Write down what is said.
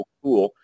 cool